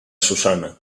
susanna